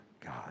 God